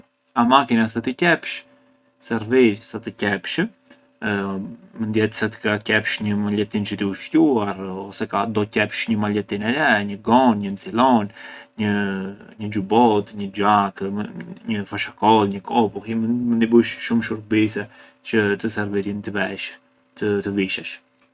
A makina sa të qepsh servir sa të qepsh, mënd jetë se ka qepsh një maljetin çë ju shquarrë o se do qepsh një maljetin e re, një gonë, një ncilonë, një xhubot, një xhakë, një fashakol, një kopull, mënd i bush shumë shurbise çë të servirjën të veç-të vishesh.